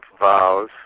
vows